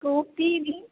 copy mean